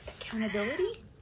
accountability